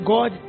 God